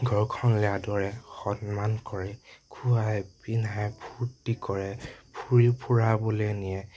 ঘৰখনলে আদৰে সন্মান কৰে খোৱাই পিন্ধাই ফুৰ্তি কৰে ফুৰি ফুৰাবলে নিয়ে